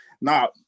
Now